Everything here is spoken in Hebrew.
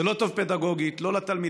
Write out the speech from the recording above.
זה לא טוב פדגוגית, לא לתלמידים,